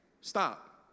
stop